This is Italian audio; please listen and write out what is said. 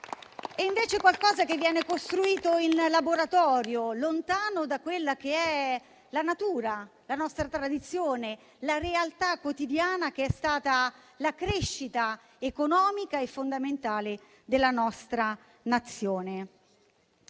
un qualcosa che viene costruito in laboratorio, lontano dalla natura, dalla nostra tradizione, dalla realtà quotidiana che è stata la crescita economica e fondamentale dell'Italia.